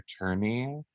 attorney